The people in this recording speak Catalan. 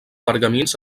pergamins